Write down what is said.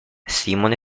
simon